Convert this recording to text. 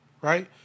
right